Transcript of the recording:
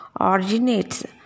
originates